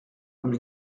comme